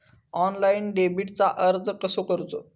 Online डेबिटला अर्ज कसो करूचो?